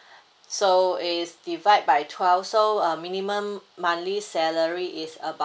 so is divide by twelve so uh minimum monthly salary is abo~